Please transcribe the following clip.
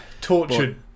Tortured